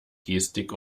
gestik